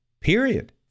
period